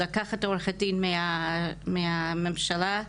לקחת עורכת דין מהממשלה כי,